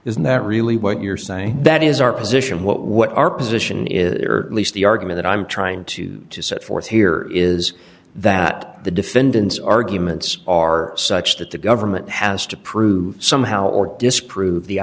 isn't that really what you're saying that is our position what what our position is least the argument i'm trying to set forth here is that the defendant's arguments are such that the government has to prove somehow or disprove the